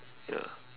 ya